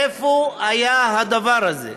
איפה היה כדבר הזה?